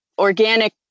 organic